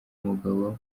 mugabo